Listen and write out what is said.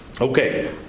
Okay